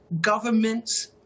governments